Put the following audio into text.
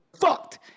fucked